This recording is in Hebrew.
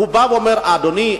הוא בא ואומר: אדוני,